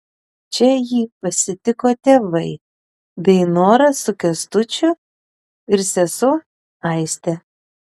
čia jį pasitiko tėvai dainora su kęstučiu ir sesuo aistė